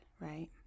right